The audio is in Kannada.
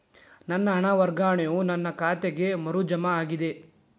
ನನ್ನ ಹಣ ವರ್ಗಾವಣೆಯು ನನ್ನ ಖಾತೆಗೆ ಮರು ಜಮಾ ಆಗಿದೆ